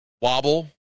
Wobble